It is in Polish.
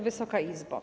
Wysoka Izbo!